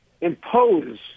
impose